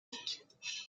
dick